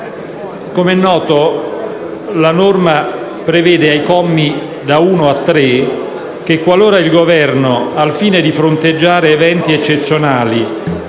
Come è noto, la norma prevede, ai commi da 1 a 3, che, qualora il Governo, al fine di fronteggiare eventi eccezionali,